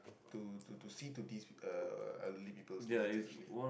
to to see to these uh elderly people's needs actually